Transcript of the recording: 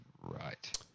right